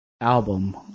album